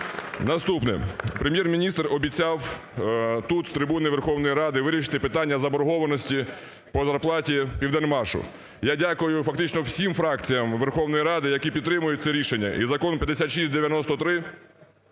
Наступне. Прем'єр-міністр обіцяв тут, з трибуни Верховної Ради, вирішити питання заборгованості по зарплаті "Південмашу". Я дякую фактично всім фракціям Верховної Ради, які підтримують це рішення, і Закон 5693,